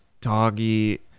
doggy